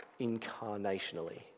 incarnationally